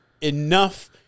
enough